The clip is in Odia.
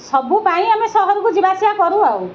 ସବୁ ପାଇଁ ଆମେ ସହରକୁ ଯିବା ଆସିବା କରୁ ଆଉ